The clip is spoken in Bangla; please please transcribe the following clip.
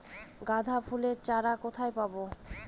গাঁদা ফুলের চারা কোথায় পাবো?